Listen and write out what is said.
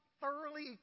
thoroughly